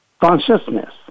consciousness